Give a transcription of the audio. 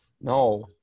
No